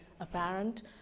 apparent